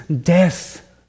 death